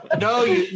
no